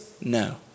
No